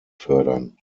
fördern